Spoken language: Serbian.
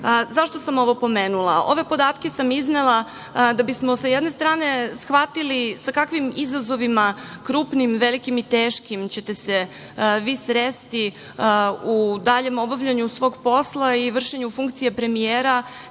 sam ovo pomenula? Ove podatke sam iznela da bismo, sa jedne strane, shvatili sa kakvim izazovima, krupnim, velikim i teškim ćete se vi sresti u daljem obavljanju svog posla i vršenju funkcije premijera.